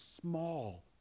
small